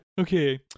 Okay